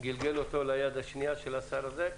גלגל אותו ליד השנייה של השר הזה,